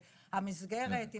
המסגרת,